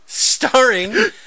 Starring